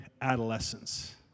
adolescence